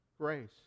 grace